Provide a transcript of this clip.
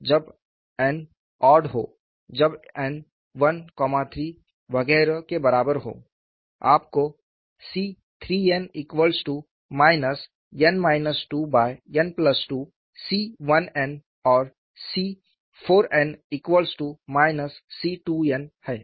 जब n odd हो जब n 1 3 वगैरह के बराबर हो आपको C3n n 2n2C1n और C4n C2n है